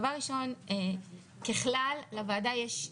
דבר ראשון ככלל לוועדה יש,